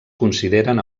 consideren